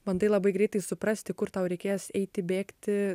bandai labai greitai suprasti kur tau reikės eiti bėgti